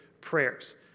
prayers